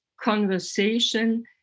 conversation